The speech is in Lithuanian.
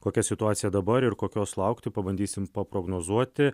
kokia situacija dabar ir kokios laukti pabandysim paprognozuoti